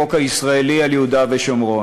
החוק הישראלי, על יהודה ושומרון.